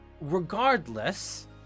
Regardless